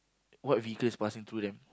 what vehicle is passing through them